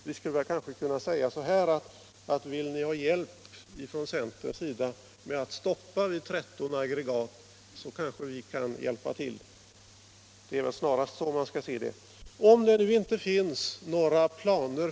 Vi skulle kanske kunna säga att vill ni från centerns sida ha hjälp med att stoppa kärnkraftsutbyggnaden vid 13 aggregat kanske vi kan ge den — Nr 104 hjälpen.